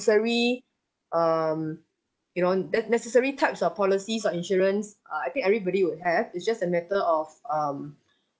~sary um you know ne~ necessary types of policies or insurance uh I think everybody would have it's just a matter of um